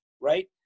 right